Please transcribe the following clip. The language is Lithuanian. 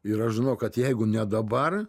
ir aš žinau kad jeigu ne dabar